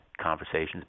conversations